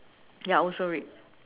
ya also red